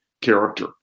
character